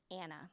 Anna